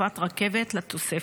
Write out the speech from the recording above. הוספת רכבת לתוספת).